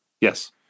Yes